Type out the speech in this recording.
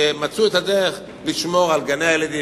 ומצאו את הדרך לשמור על גני-הילדים